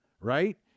right